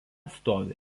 stovi